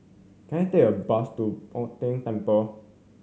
can I take a bus to Bo Tien Temple